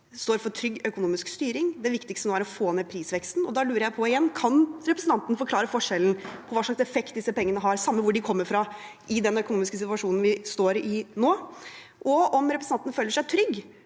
står for trygg økonomisk styring; det viktigste nå er å få ned prisveksten. Da lurer jeg igjen på: Kan representanten forklare forskjellen? Hvilken effekt har disse pengene, samme hvor de kommer fra, i den økonomiske situasjonen vi står i nå, og føler representanten seg trygg